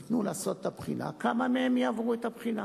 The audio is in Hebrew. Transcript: לעשות את הבחינה, כמה מהם יעברו את הבחינה.